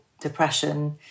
depression